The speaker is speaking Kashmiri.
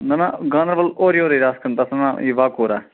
نہَ نہَ گانٛدربل اورٕ یورے رَژھ کھنٛڈ تتھ وَنان یہِ واکوٗرا